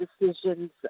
decisions